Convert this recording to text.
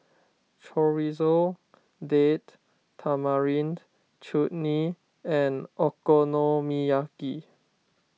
Chorizo Date Tamarind Chutney and Okonomiyaki